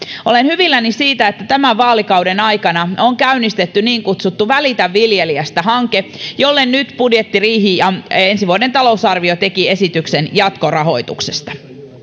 olen hyvilläni siitä että tämän vaalikauden aikana on käynnistetty niin kutsuttu välitä viljelijästä hanke jolle nyt budjettiriihi ja ensi vuoden talousarvio tekivät esityksen jatkorahoituksesta